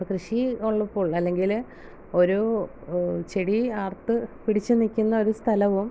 അപ്പം കൃഷി ഉള്ളപ്പോൾ അല്ലെങ്കിൽ ഒരു ചെടി അറുത്ത് പിടിച്ച് നിൽക്കുന്നൊരു സ്ഥലവും